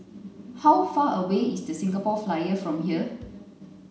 how far away is the Singapore Flyer from here